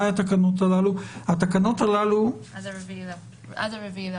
עד ה-4 באוקטובר.